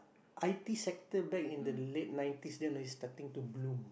i_t sector back in the late nineties then is starting to bloom